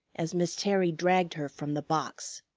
as miss terry dragged her from the box.